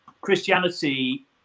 Christianity